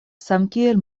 samkiel